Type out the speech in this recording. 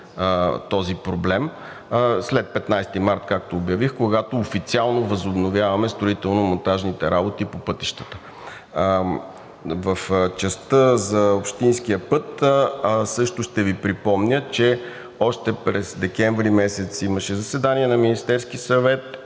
този проблем ще бъде и трайно решен, когато официално възобновяваме строително-монтажните работи по пътищата. В частта за общинския път също ще Ви припомня, че още през месец декември имаше заседание на Министерския съвет